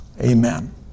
Amen